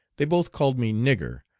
they both called me nigger,